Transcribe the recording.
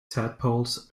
tadpoles